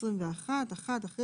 (3)בסעיף קטן (ב), אחרי